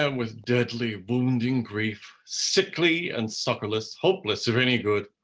ah with deadly wounding grief sickly and succorless, hopeless of any good,